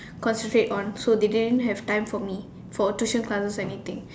concentrate on so they didn't have time for me for tuition classes anything